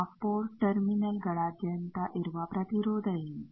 ಆ ಪೋರ್ಟ್ ಟರ್ಮಿನಲ್ಗಳಾದ್ಯಂತ ಇರುವ ಪ್ರತಿರೋಧ ಏನು